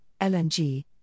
LNG